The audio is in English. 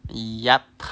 yap